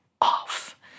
off